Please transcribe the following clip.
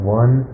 one